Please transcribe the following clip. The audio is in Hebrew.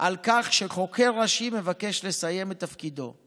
על כך שחוקר ראשי מבקש לסיים את תפקידו,